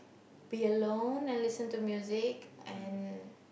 be alone and listen to music and